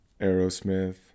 Aerosmith